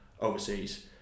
overseas